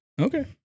Okay